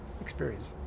experience